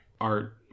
art